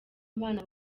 abana